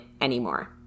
anymore